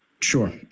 sure